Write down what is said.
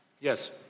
Yes